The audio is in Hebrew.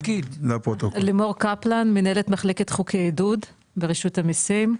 לימור קפלן מנהלת מחלקת חוקי עידוד ברשות המיסים,